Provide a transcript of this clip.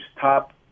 top